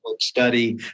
study